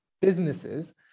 businesses